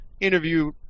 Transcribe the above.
interview